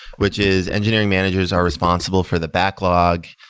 which is engineering managers are responsible for the backlog,